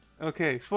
Okay